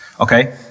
Okay